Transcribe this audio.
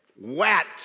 wet